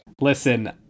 Listen